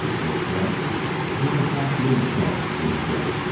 but chet he must not lead chet to his death.